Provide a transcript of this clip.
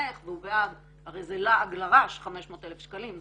והוא בעד הרי זה לעג לרש 500,000 שקלים,